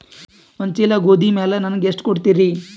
ಒಂದ ಚೀಲ ಗೋಧಿ ಮ್ಯಾಲ ನನಗ ಎಷ್ಟ ಕೊಡತೀರಿ?